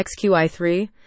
XQi3